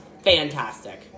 fantastic